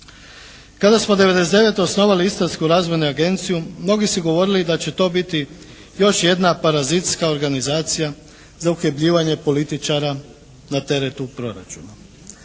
Kada smo '99. osnovali Istarsku razvojnu agenciju mnogi su govorili da će to biti još jedna parazitska organizacija za … /Govornik se ne razumije./ … političara na teretu proračuna.